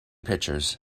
pictures